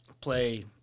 play